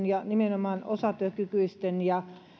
ja nimenomaan osatyökykyisten ja